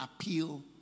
appeal